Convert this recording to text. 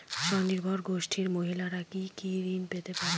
স্বনির্ভর গোষ্ঠীর মহিলারা কি কি ঋণ পেতে পারে?